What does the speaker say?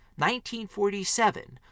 1947